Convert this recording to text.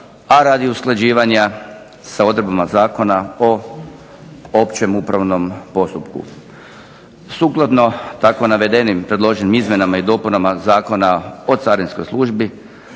a radi usklađivanja sa odredbama Zakona o općem upravnom postupku. Sukladno tako navedenim predloženim izmjenama i dopunama Zakona o carinskoj službi